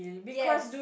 yes